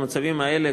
במצבים האלה,